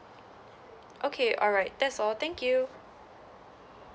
okay alright that's all thank you